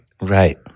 Right